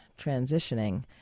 transitioning